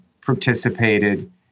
participated